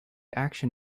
action